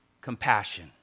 compassion